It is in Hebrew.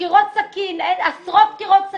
בדקירות סכין, עשרות דקירות סכין.